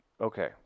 okay